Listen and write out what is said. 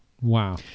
wow